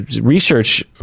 research